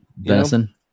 Venison